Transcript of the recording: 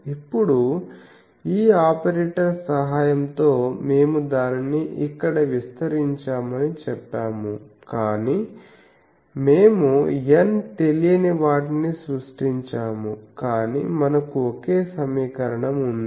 ఇప్పుడు ఈ ఆపరేటర్ సహాయంతో మేము దానిని ఇక్కడ విస్తరించామని చెప్పాము కానీ మేము N తెలియని వాటిని సృష్టించాము కాని మనకు ఒకే సమీకరణం ఉంది